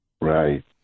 Right